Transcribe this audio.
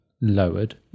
lowered